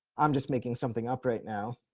i'm just making something up right now.